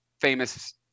famous